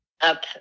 up